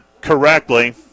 correctly